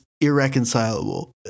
Irreconcilable